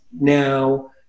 now